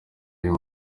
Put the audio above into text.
uyu